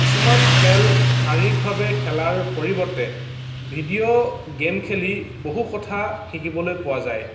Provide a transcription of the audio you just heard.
কিছুমান খেল শাৰীৰিকভাৱে খেলাৰ পৰিৱৰ্তে ভিডিঅ' গেম খেলি বহু কথা শিকিবলৈ পোৱা যায়